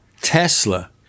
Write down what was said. Tesla